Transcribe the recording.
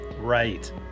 Right